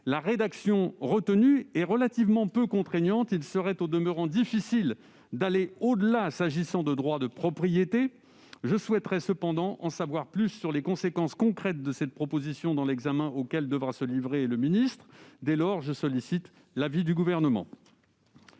La rédaction retenue est relativement peu contraignante- il serait, au demeurant, difficile d'aller au-delà, s'agissant de droits de propriété. Je souhaite, toutefois, en savoir plus sur les conséquences concrètes de cette proposition sur l'examen auquel devra se livrer le ministère. Dès lors, je sollicite l'avis du Gouvernement.